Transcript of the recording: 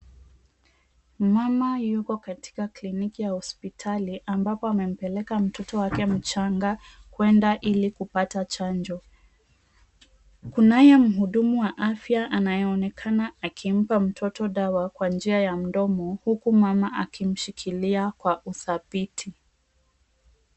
Mama yuko katika kiliniki ya hospitali ambapo ame mpeleka mtoto wake mchanga kuenda ili kupata chanjo kunaye muhudumu wa afya anaonekana akimpa mtoto chanjo kwa njia ya mdomo huku mama akimshikilia kwa udhabiti.